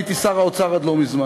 אני הייתי שר האוצר עד לא מזמן.